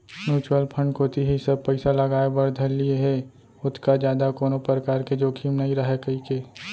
mutual fund कोती ही सब पइसा लगाय बर धर लिये हें ओतका जादा कोनो परकार के जोखिम नइ राहय कहिके